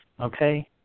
Okay